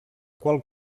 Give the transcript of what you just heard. qual